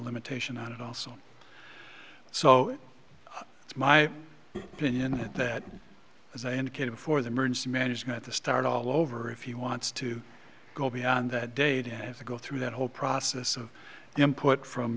limitation on it also so it's my opinion that as i indicated before the merged management to start all over if he wants to go beyond that day to have to go through that whole process of input from